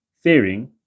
fearing